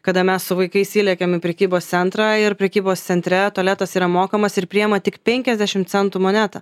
kada mes su vaikais įlekiam į prekybos centrą ir prekybos centre tualetas yra mokamas ir priima tik penkiasdešim centų monetą